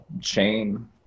Chain